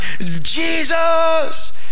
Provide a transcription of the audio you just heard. Jesus